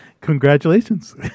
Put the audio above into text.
congratulations